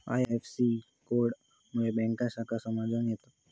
IFSC code मुळे bank शाखा समजान येता